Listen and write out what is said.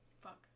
fuck